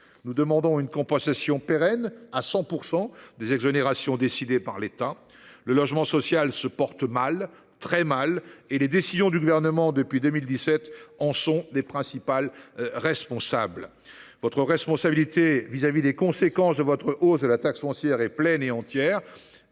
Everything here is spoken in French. Nous demandons une compensation pérenne à 100 % des exonérations décidées par l’État. Le logement social se porte mal, très mal, et les décisions du Gouvernement depuis 2017 en sont les principales responsables. Votre responsabilité dans les conséquences de votre hausse de la taxe foncière est pleine et entière.